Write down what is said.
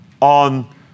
on